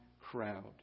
crowd